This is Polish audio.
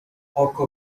oko